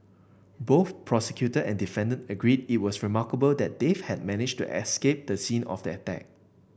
both prosecutor and defendant agreed it was remarkable that Dave had managed to escape the scene of the attack